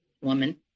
woman